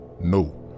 No